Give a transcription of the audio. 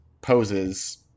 poses